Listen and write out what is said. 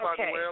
Okay